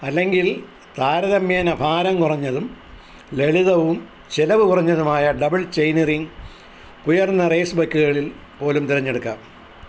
അല്ലെങ്കിൽ താരതമ്യേന ഭാരം കുറഞ്ഞതും ലളിതവും ചെലവ് കുറഞ്ഞതുമായ ഡബിൾ ചെയിനിറിംഗ് ഉയർന്ന റേസ് ബൈക്കുകളിൽ പോലും തിരഞ്ഞെടുക്കാം